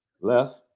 Left